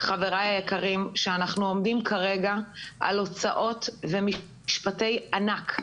חבריי היקרים שאנחנו עומדים כרגע על הוצאות ומשפטי ענק ,